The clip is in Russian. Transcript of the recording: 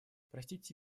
простите